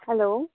hello